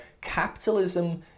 capitalism